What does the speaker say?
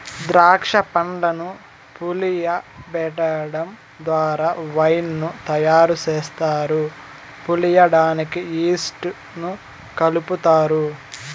దాక్ష పండ్లను పులియబెటడం ద్వారా వైన్ ను తయారు చేస్తారు, పులియడానికి ఈస్ట్ ను కలుపుతారు